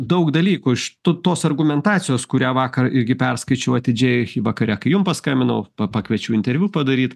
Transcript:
daug dalykų iš tų tos argumentacijos kurią vakar irgi perskaičiau atidžiai vakare kai jum paskambinau pa pakviečiau interviu padaryt